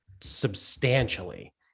substantially